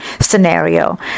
scenario